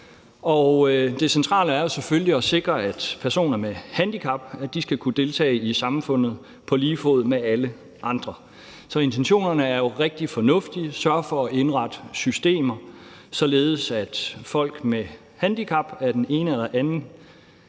Det centrale er jo selvfølgelig at sikre, at personer med handicap skal kunne deltage i samfundet på lige fod med alle andre, så intentionerne er jo rigtig fornuftige: Vi skal sørge for at indrette systemer, således at folk med handicap af den ene eller den